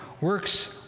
works